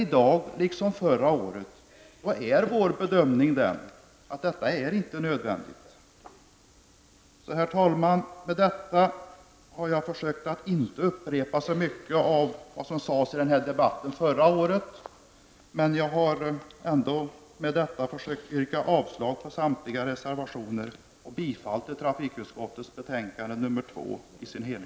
I dag, liksom förra året, är vår bedömning att detta inte är nödvändigt. Herr talman! Jag har försökt att inte upprepa så mycket av vad som sades i debatten förra året, men jag har försökt med det sagda markera att jag vill yrka avslag på samtliga reservationer och bifall till trafikutskottets hemställan i betänkande 2 i dess helhet.